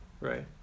right